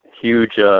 huge